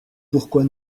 pourquoi